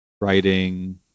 writing